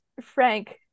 Frank